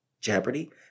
jeopardy